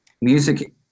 music